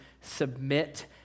submit